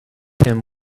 him